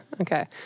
Okay